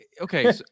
okay